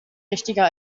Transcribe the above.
richtiger